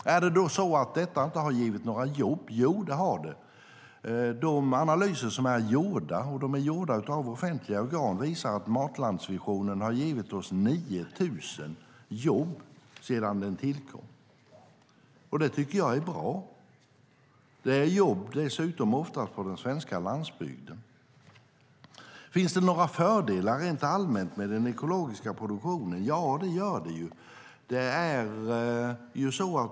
Har då inte detta givit några jobb? Jo, det har det. De analyser som är gjorda av offentliga organ visar att matlandsvisionen har givit oss 9 000 jobb sedan den tillkom. Det tycker jag är bra. Det är dessutom mestadels jobb på den svenska landsbygden. Finns det några fördelar rent allmänt med den ekologiska produktionen? Ja, det finns det.